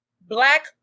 Black